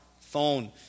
phone